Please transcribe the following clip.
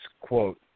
quote